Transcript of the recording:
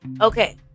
Okay